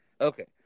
okay